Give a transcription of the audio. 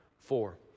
four